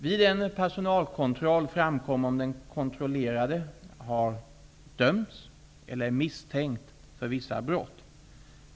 Vid en personalkontroll framkommer det om den kontrollerade har dömts eller är misstänkt för vissa brott.